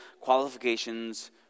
qualifications